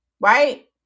right